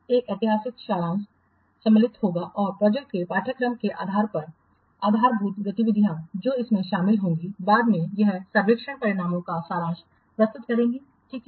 एक ऐतिहासिक सारांश सम्मिलित होगा और प्रोजेक्ट के पाठ्यक्रम के आधार पर आधारभूत गतिविधियाँ जो इसमें सम्मिलित होंगी बाद में यह सर्वेक्षण परिणामों का सारांश प्रस्तुत करेगी ठीक है